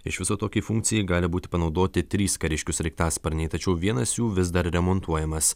iš viso tokiai funkcijai gali būti panaudoti trys kariškių sraigtasparniai tačiau vienas jų vis dar remontuojamas